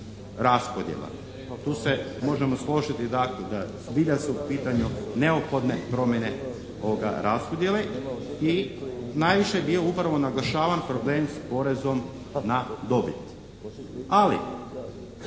raspodjela. Tu se možemo složiti dakle da zbilja su u pitanju neophodne promjene raspodjele i najviše je dio upravo naglašavan problem s porezom na dobit. Ali